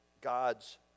God's